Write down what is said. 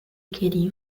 queria